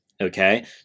Okay